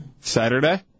Saturday